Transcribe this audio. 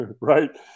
Right